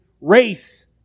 race